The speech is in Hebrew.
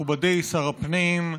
מכובדי שר הפנים,